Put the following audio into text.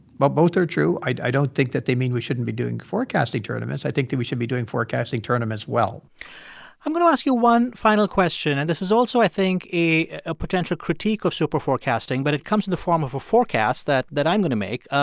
while both are true, i don't think that they mean we shouldn't be doing forecasting tournaments. i think that we should be doing forecasting tournaments well i'm going to ask you one final question. and this is also, i think, a a potential critique of superforecasting, but it comes in the form of a forecast that that i'm going to make.